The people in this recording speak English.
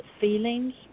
feelings